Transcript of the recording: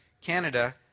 Canada